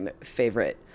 favorite